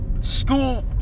school